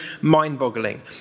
mind-boggling